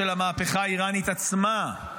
של המהפכה האיראנית עצמה,